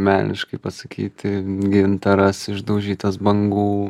meniškai pasakyti gintaras išdaužytas bangų